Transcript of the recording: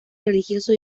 religioso